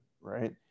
right